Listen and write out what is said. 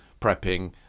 prepping